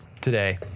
today